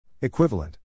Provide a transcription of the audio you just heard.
Equivalent